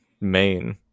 main